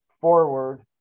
forward